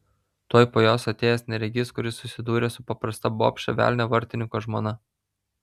tuoj po jos atėjęs neregys kuris susidūrė su paprasta bobše velnio vartininko žmona